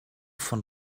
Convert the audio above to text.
von